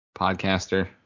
podcaster